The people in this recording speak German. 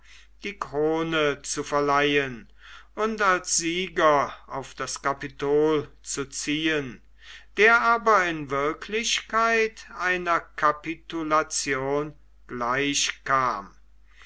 die krone zu verleihen und als sieger auf das kapitol zu ziehen der aber in wirklichkeit einer kapitulation gleich